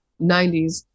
90s